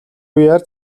үеэр